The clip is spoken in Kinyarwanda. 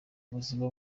buzima